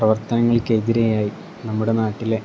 പ്രവർത്തനങ്ങൾക്കെതിരെയായി നമ്മുടെ നാട്ടിലെ